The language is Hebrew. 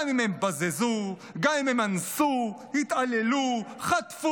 גם אם הם בזזו, גם אם הם אנסו, התעללו, חטפו.